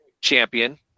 champion